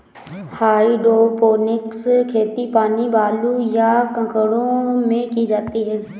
hydroponics खेती पानी, बालू, या कंकड़ों में की जाती है